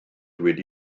wedi